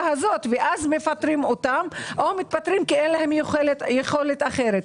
הזאת ואז מפטרים אותם או הם מתפטרים כי אין להם יכולת אחרת.